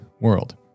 world